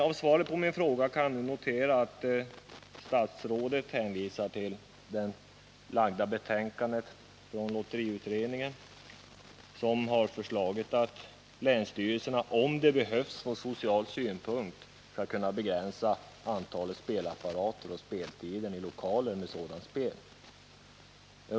I svaret på min fråga hänvisar statsrådet till det framlagda betänkandet från lotteriutredningen, som ”har föreslagit att länsstyrelsen — om det behövs från social synpunkt — skall kunna begränsa antalet spelapparater och speltiden i lokaler med sådant spel”.